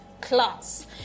class